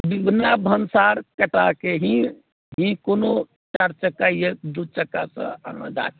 बिना भन्सार कटाके ही भी कोनो चारि चक्का या दू चक्कासँ अहाँ जा सकैत छी